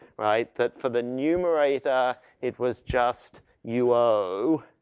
right. that for the numerator it was just u o,